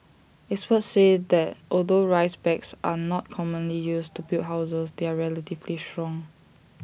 experts say that although rice bags are not commonly used to build houses they are relatively strong